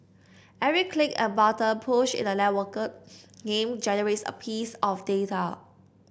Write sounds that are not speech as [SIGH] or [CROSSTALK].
every click and button push in a networked [NOISE] game generates a piece of data